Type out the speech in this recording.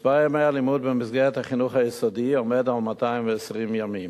מספר ימי הלימוד במסגרת החינוך היסודי עומד על 220 ימים.